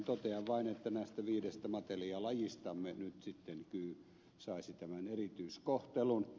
totean vain että näistä viidestä matelijalajistamme nyt sitten kyy saisi tämän erityiskohtelun